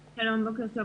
שלום, בוקר טוב.